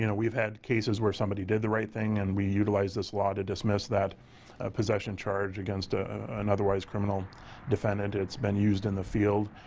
you know we've had cases where somebody did the right thing and we utilized this law to dismiss ah possession charges against ah an otherwise criminal defendant. it's been used in the field.